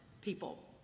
people